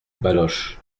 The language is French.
baloche